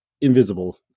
invisible